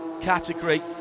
category